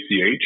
ACH